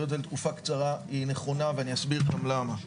את זה לתקופה קצרה היא נכונה ואני אסביר גם למה.